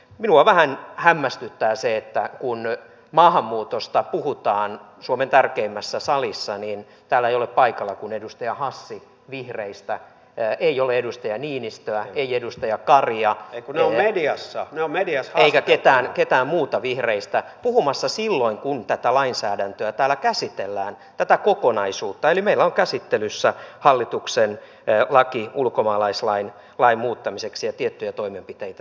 minua vähän hämmästyttää se että kun maahanmuutosta puhutaan suomen tärkeimmässä salissa niin täällä ei ole vihreistä paikalla kuin edustaja hassi ei ole edustaja niinistöä ei edustaja karia eikä ketään muuta vihreistä puhumassa silloin kun tätä lainsäädäntöä täällä käsitellään tätä kokonaisuutta eli meillä on käsittelyssä hallituksen laki ulkomaalaislain muuttamiseksi ja tiettyjä toimenpiteitä siihen